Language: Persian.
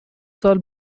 سال